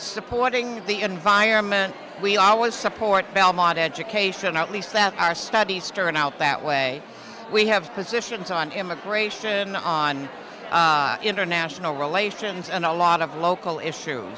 supporting the environment we always support belmont education at least that our studies turn out that way we have positions on immigration on international relations and a lot of local issue